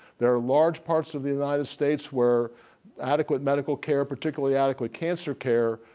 there are large parts of the united states where adequate medical care, particularly adequate cancer care,